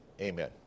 amen